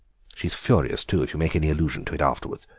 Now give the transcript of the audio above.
she's furious, too, if you make any allusion to it afterwards.